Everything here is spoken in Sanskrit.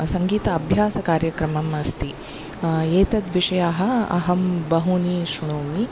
सङ्गीतअभ्यासकार्यक्रमम् अस्ति एतद्विषयाः अहं बहूनि श्रुणोमि